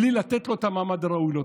בלי לתת לו את המעמד הראוי לו.